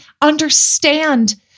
understand